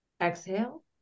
Exhale